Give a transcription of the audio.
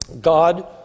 God